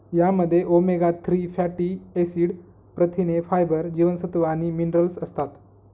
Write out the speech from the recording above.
यामध्ये omega three fatty acid, प्रथिने, fibre, जीवनसत्व आणि मिनरल्स असतात